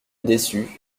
dessus